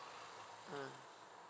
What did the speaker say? mm